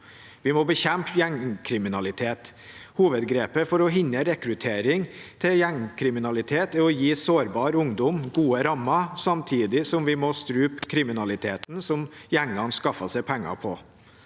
Vi må bekjempe gjengkriminalitet. Hovedgrepet for å hindre rekruttering til gjengkriminalitet er å gi sårbar ungdom gode rammer, samtidig som vi må strupe kriminaliteten som gjengene skaffer seg penger på.